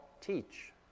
teach